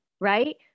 right